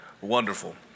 Wonderful